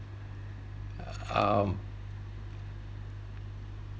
um